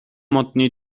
модны